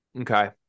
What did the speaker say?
Okay